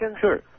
Sure